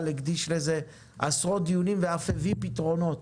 הקדיש לזה עשרות דיונים ואף הביא פתרונות.